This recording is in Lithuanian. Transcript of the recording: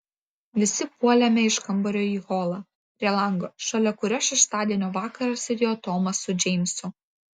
visi puolėme iš kambario į holą prie lango šalia kurio šeštadienio vakarą sėdėjo tomas su džeimsu